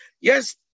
Yes